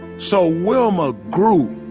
so wilma grew.